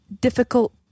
difficult